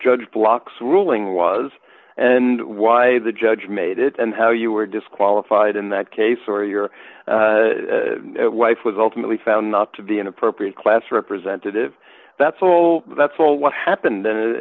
judge blocks ruling was and why the judge made it and how you were disqualified in that case or your wife was ultimately found not to be an appropriate class representative that's all that's all what happened then